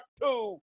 two